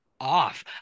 off